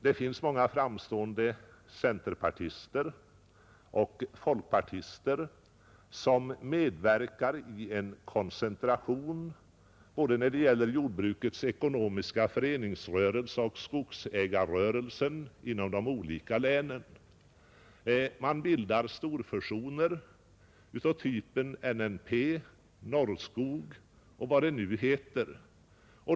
Det finns många framstående centerpartister och folkpartister som medverkar i en koncentration både när det gäller jordbrukets ekonomiska föreningsrörelse och skogsägarrörelsen inom de olika länen. Man bildar storfusioner av typen NNP, Norrskog och vad de nu heter.